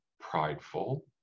prideful